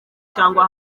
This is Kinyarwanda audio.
cyangwa